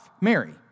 Mary